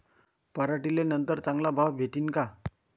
पराटीले नंतर चांगला भाव भेटीन का?